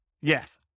Yes